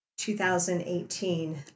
2018